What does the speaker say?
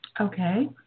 Okay